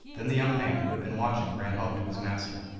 then the young man, who had been watching, ran home to his master.